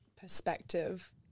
perspective